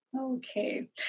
Okay